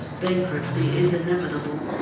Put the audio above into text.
bankruptcy is inevitable.